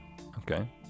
Okay